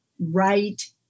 right